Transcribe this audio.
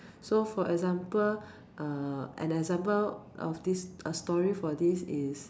so for example err an example of this a story for this is